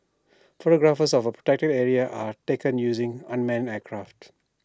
photographs of A protected area are taken using unmanned aircraft